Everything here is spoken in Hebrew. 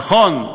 נכון,